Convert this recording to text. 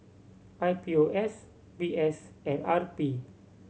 I P O S V S and R P